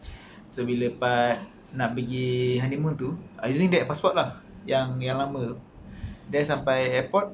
so bila part nak pergi honeymoon tu I using that passport lah yang lama tu then sampai airport